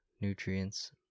nutrients